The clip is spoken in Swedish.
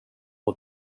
och